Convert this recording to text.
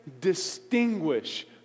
distinguish